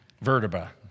vertebra